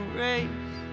race